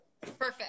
Perfect